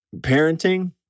parenting